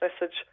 message